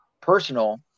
personal